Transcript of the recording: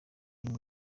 y’uyu